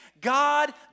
God